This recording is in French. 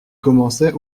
commençait